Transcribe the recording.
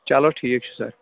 چلو ٹھیٖک چھُ سَر